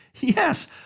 Yes